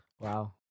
Wow